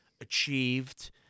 achieved